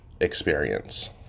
experience